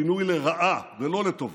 שינוי לרעה ולא לטובה.